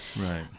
Right